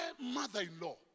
mother-in-law